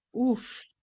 Oof